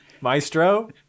maestro